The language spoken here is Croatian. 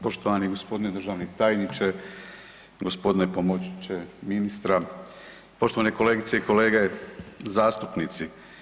Poštovani g. državni tajniče, gospodine pomoćniče ministra, poštovane kolegice i kolege zastupnici.